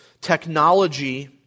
technology